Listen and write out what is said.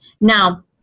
Now